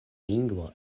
lingvo